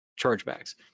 chargebacks